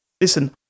listen